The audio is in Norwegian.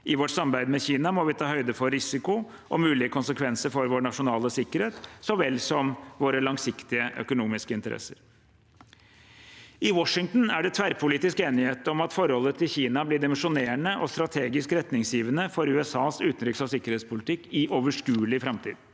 I vårt samarbeid med Kina må vi ta høyde for risiko og mulige konsekvenser for vår nasjonale sikkerhet så vel som våre langsiktige økonomiske interesser. I Washington er det tverrpolitisk enighet om at forholdet til Kina blir dimensjonerende og strategisk retningsgivende for USAs utenriks- og sikkerhetspolitikk i uoverskuelig framtid.